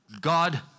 God